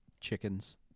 chickens